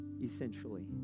essentially